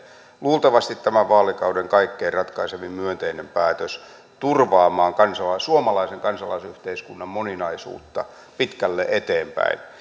luultavasti tämän vaalikauden kaikkein ratkaisevin myönteinen päätös turvaamaan suomalaisen kansalaisyhteiskunnan moninaisuutta pitkälle eteenpäin